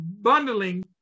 bundling